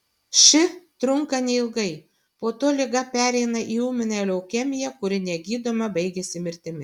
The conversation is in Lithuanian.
ši trunka neilgai po to liga pereina į ūminę leukemiją kuri negydoma baigiasi mirtimi